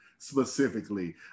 specifically